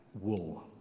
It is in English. wool